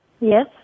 Yes